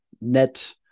net